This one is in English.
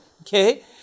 okay